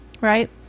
Right